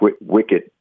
wicked